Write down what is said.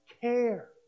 care